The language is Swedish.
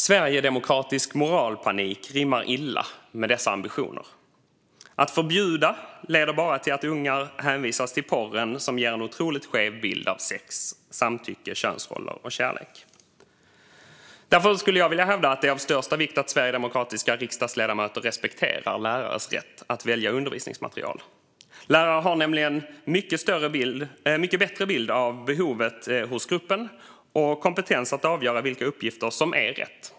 Sverigedemokratisk moralpanik rimmar illa med dessa ambitioner. Att förbjuda leder bara till att ungar hänvisas till porren, som ger en otroligt skev bild av sex, samtycke, könsroller och kärlek. Därför skulle jag vilja hävda att det är av största vikt att sverigedemokratiska riksdagsledamöter respekterar lärares rätt att välja undervisningsmaterial. Lärare har nämligen en mycket bättre bild av behovet hos gruppen och kompetens att avgöra vilka uppgifter som är rätt.